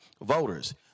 voters